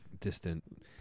distant